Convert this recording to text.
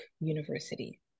University